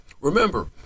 Remember